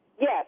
Yes